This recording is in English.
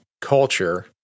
culture